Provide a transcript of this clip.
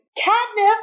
catnip